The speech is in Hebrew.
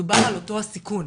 מדובר על אותו הסיכון.